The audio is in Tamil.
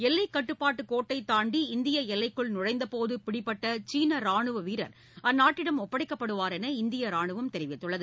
எல்லைக்கட்டுப்பாட்டுக் கோட்டை தாண்டி இந்திய எல்லைக்குள் நுழைந்தபோது பிடிபட்ட சீன ராணுவ வீரர் அந்நாட்டிடம் ஒப்படைக்கப்படுவார் என இந்திய ராணுவம் தெரிவித்துள்ளது